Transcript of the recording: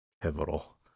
Pivotal